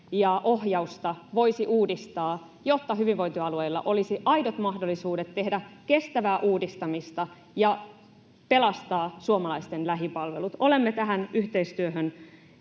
ja ohjausta voisi uudistaa, jotta hyvinvointialueilla olisi aidot mahdollisuudet tehdä kestävää uudistamista ja pelastaa suomalaisten lähipalvelut. Olemme tähän yhteistyöhön